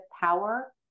power